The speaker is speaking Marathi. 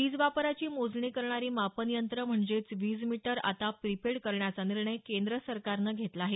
वीज वापराची मोजणी करणारी मापनयंत्रं म्हणजेच वीजमीटर आता प्रिपेड करण्याचा निर्णय केंद्र सरकारनं घेतला आहे